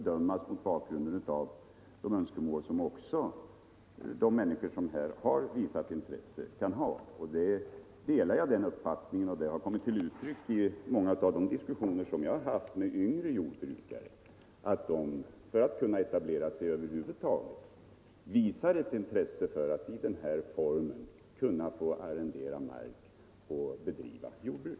Det önskemålet har kommit till uttryck i många av de diskussioner som jag har haft med yngre jordbrukare. För att över huvud taget kunna etablera sig visar de ett intresse för att i denna form få arrendera mark och bedriva jordbruk.